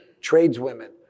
tradeswomen